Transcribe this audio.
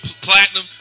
platinum